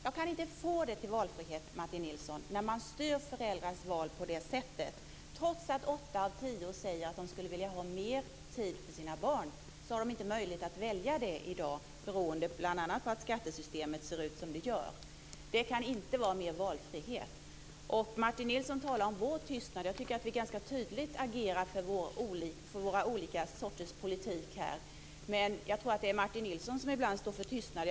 Jag kan inte få det till valfrihet, Martin Nilsson, när föräldrars val styrs på det sättet. Trots att åtta av tio säger att de vill ha mer tid för sina barn har de inte möjlighet att välja det i dag bl.a. beroende på att skattesystemet ser ut som det gör. Det kan inte vara mer valfrihet Martin Nilsson pratar om vår tystnad. Jag tycker att vi ganska tydligt agerar för våra olika sorters politik, men jag tror att det är Martin Nilsson som ibland står för tystnaden.